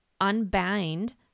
unbind